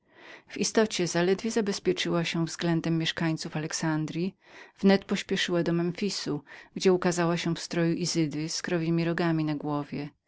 w istocie zaledwie zabezpieczyła się względem mieszkańców alexandryi wnet pośpieszyła do memfis gdzie ukazała się w stroju izydy z krowiemi rogami na głowie